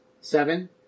Seven